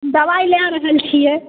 दवाइ लए रहल छियै